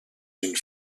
une